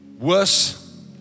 worse